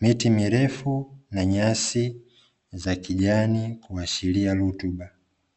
miti mirefu na nyasi za kijani kuashiria rutuba.